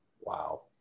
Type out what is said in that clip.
Wow